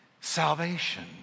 salvation